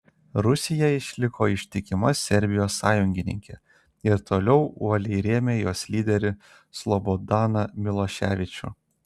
rusija išliko ištikima serbijos sąjungininkė ir toliau uoliai rėmė jos lyderį slobodaną miloševičių